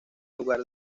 lugar